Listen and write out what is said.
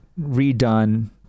redone